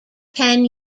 ten